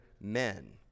men